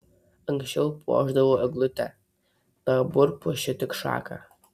anksčiau puošdavau eglutę dabar puošiu tik šaką